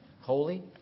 Holy